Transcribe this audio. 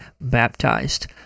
baptized